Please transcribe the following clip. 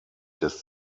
des